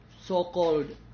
so-called